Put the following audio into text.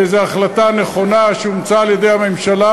זו החלטה נכונה שאומצה על-ידי הממשלה,